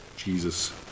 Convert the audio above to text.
Jesus